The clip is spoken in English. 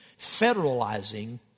federalizing